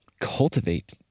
cultivate